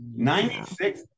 96